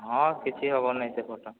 ହଁ କିଛି ହେବନି ସେ ଫଟୋ